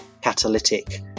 catalytic